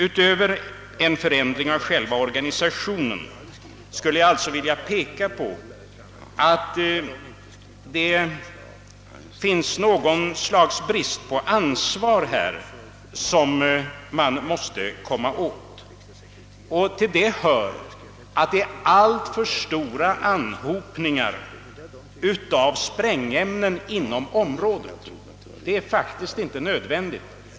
Utöver att det behövs en förändring i själva organisationen finns det också en viss brist på ansvar som man måste komma åt. De alltför stora anhopningarna av sprängämnen är faktiskt inte nödvändiga.